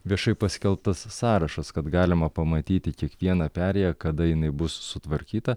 viešai paskelbtas sąrašas kad galima pamatyti kiekvieną perėją kada jinai bus sutvarkyta